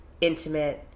intimate